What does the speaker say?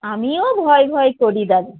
আমিও ভয় ভয় করি দাদা